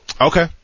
okay